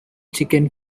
chicken